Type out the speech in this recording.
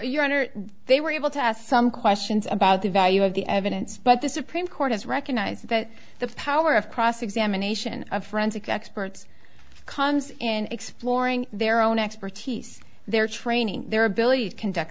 your honor they were able to ask some questions about the value of the evidence but the supreme court has recognized that the power of cross examination of forensic experts comes in exploring their own expertise their training their ability to conduct